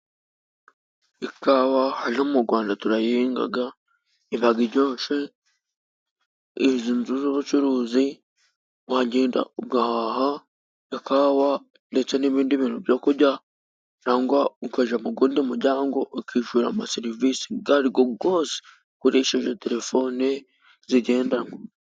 Ikawa yo mu Gwanda turayihingaga ibaga iryoshe. Izi nzu z'ubucuruzi wagenda ugahaha ikawa, ndetse n'ibindi bintu byo kurya, cangwa ukajya ku gundi muryango ukishura amaserivisi ago ari go gose, ukoresheje telefone zigendanwa.